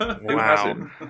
Wow